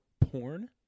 porn